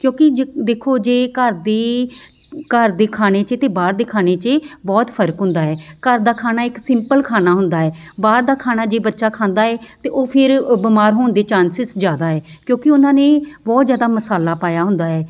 ਕਿਉਂਕਿ ਜ ਦੇਖੋ ਜੇ ਘਰ ਦੇ ਘਰ ਦੇ ਖਾਣੇ 'ਚ ਅਤੇ ਬਾਹਰ ਦੇ ਖਾਣੇ 'ਚ ਬਹੁਤ ਫਰਕ ਹੁੰਦਾ ਹੈ ਘਰ ਦਾ ਖਾਣਾ ਇੱਕ ਸਿੰਪਲ ਖਾਣਾ ਹੁੰਦਾ ਹੈ ਬਾਹਰ ਦਾ ਖਾਣਾ ਜੇ ਬੱਚਾ ਖਾਂਦਾ ਹੈ ਤਾਂ ਉਹ ਫਿਰ ਬਿਮਾਰ ਹੋਣ ਦੇ ਚਾਂਸਸ ਜ਼ਿਆਦਾ ਹੈ ਕਿਉਂਕਿ ਉਹਨਾਂ ਨੇ ਬਹੁਤ ਜ਼ਿਆਦਾ ਮਸਾਲਾ ਪਾਇਆ ਹੁੰਦਾ ਹੈ